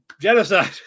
genocide